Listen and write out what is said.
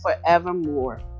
forevermore